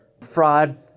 fraud